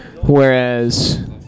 Whereas